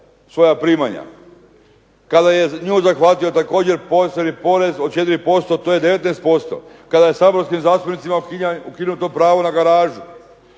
svoja primanja. Kada je nju zahvatio također posebni porez od 4%, to je 19%. Kada je saborskim zastupnicima ukinuto pravo na garažu,